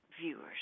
Viewers